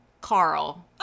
Carl